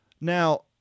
Now